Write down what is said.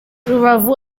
rubavu